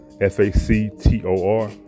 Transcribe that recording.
F-A-C-T-O-R